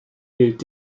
gilt